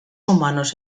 humanos